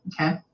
Okay